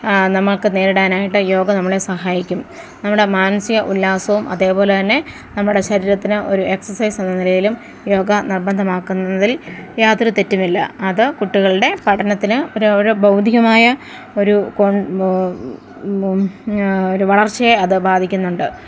നമുക്ക് നേരിടാനായിട്ട് യോഗ നമ്മളെ സഹായിക്കും നമ്മുടെ മാനസിക ഉല്ലാസവും അതേപോലെ തന്നെ നമ്മുടെ ശരിരത്തിന് ഒരെക്സർസൈസ് എന്ന നിലയിലും യോഗ നിർബന്ധമാക്കുന്നതിൽ യാതൊരു തെറ്റുമില്ല അതു കുട്ടികളുടെ പഠനത്തിന് ഒരു ഒരു ഭൗതികമായ ഒരു ഒരു വളർച്ചയെ അതു ബാധിക്കുന്നുണ്ട്